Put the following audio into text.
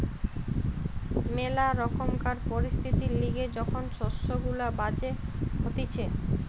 ম্যালা রকমকার পরিস্থিতির লিগে যখন শস্য গুলা বাজে হতিছে